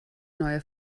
neue